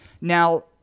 now